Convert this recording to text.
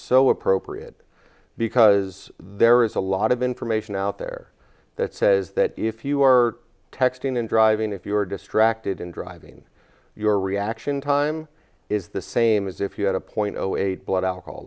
so appropriate because there is a lot of information out there that says that if you are texting and driving if you are distracted and driving your reaction time is the same as if you had a point zero eight blood alcohol